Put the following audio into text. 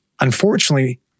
Unfortunately